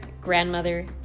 grandmother